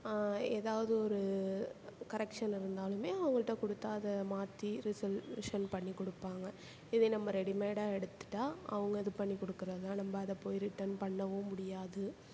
ஏதாவது ஒரு கரெக்ஷன் இருந்தாலுமே அவங்கள்ட்ட கொடுத்தா அதை மாற்றி ரிசல் பண்ணிக் கொடுப்பாங்க இதே நம்ம ரெடிமேடாக எடுத்துவிட்டா அவங்க இது பண்ணிக் கொடுக்கறது தான் நம்ம அதை போய் ரிட்டன் பண்ணவும் முடியாது